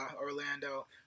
Orlando